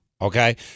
Okay